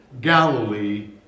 Galilee